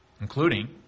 Including